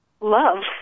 love